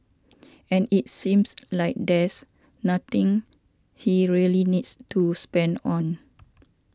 and it seems like there's nothing he really needs to spend on